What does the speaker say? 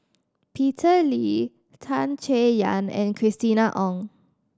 Peter Lee Tan Chay Yan and Christina Ong